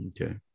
Okay